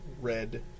red